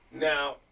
Now